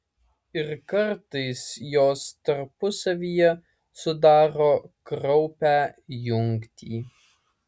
ir kartais jos tarpusavyje sudaro kraupią jungtį